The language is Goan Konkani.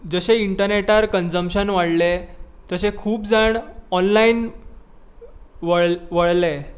जशें इंटरनॅटार कन्ज्मशन वाडलें तशें खूब जाण ऑनलायन वळ वळले